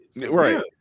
Right